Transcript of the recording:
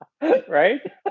Right